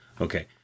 Okay